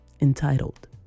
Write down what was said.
entitled